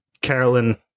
Carolyn